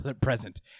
present